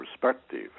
perspective